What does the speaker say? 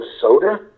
soda